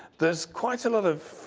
there's quite a lot of